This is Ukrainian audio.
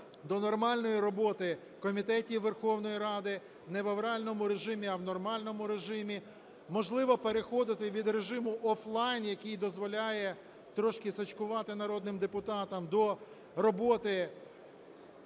до нормальної роботи комітетів Верховної Ради, не в авральному режимі, а в нормально режимі, можливо, переходити від режиму офлайн, який дозволяє трошки сачкувати народним депутатам, до роботи…